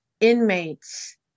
inmates